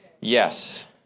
Yes